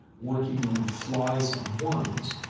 working in flies and worms.